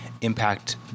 impact